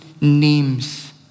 names